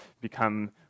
become